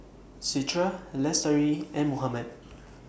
Citra Lestari and Muhammad